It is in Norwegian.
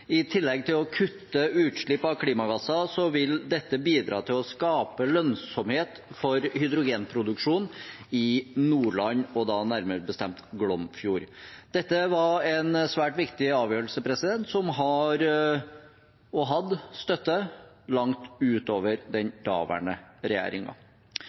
I tillegg til å kutte utslipp av klimagasser vil dette bidra til å skape lønnsomhet for hydrogenproduksjon i Nordland, og da nærmere bestemt Glomfjord. Dette var en svært viktig avgjørelse, som har og hadde støtte langt utover den